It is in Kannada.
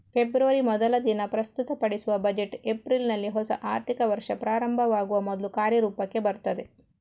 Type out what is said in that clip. ಫೆಬ್ರವರಿ ಮೊದಲ ದಿನ ಪ್ರಸ್ತುತಪಡಿಸುವ ಬಜೆಟ್ ಏಪ್ರಿಲಿನಲ್ಲಿ ಹೊಸ ಆರ್ಥಿಕ ವರ್ಷ ಪ್ರಾರಂಭವಾಗುವ ಮೊದ್ಲು ಕಾರ್ಯರೂಪಕ್ಕೆ ಬರ್ತದೆ